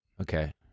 Okay